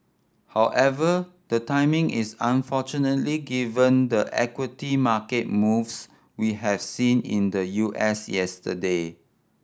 however the timing is unfortunately given the equity market moves we have seen in the U S yesterday